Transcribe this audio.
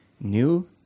new